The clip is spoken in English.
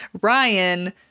Ryan